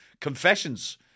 confessions